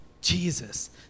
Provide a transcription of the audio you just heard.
Jesus